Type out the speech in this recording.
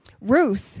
Ruth